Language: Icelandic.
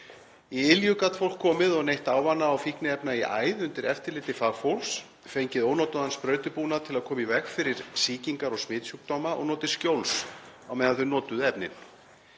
Í Ylju gat fólk komið og neytt ávana- og fíkniefna í æð undir eftirliti fagfólks, fengið ónotaðan sprautubúnað til að koma í veg fyrir sýkingar og smitsjúkdóma og notið skjóls á meðan það notaði efnin.